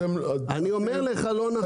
אני אומר לך שזה לא נכון.